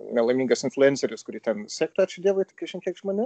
nelaimingas influenceris kurį ten sektų ačiū dievui kažin kiek žmonių